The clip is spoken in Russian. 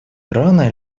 рано